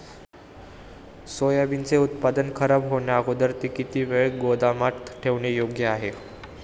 सोयाबीनचे उत्पादन खराब होण्याअगोदर ते किती वेळ गोदामात ठेवणे योग्य आहे?